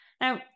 Now